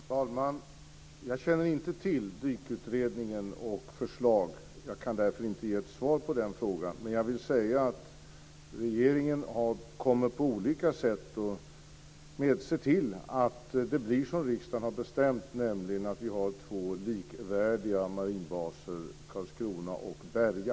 Fru talman! Jag känner inte till Dykutredningens förslag. Jag kan därför inte ge något svar på frågan, men jag kan säga att regeringen kommer att på olika sätt se till att det blir som riksdagen har bestämt, nämligen att vi har två likvärdiga marinbaser, Karlskrona och Berga.